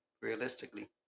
realistically